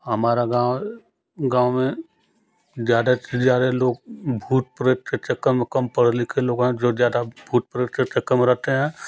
हमारा गाँव गाँव में ज़्यादा से ज़्यादा लोग भूत प्रेत के चक्कर में कम पढ़े लिखे लोग हैं जो ज़्यादा भूत प्रेत के चक्कर में रहते हैं